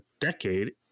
decade